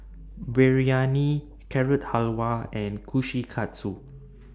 Biryani Carrot Halwa and Kushikatsu